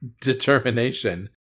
determination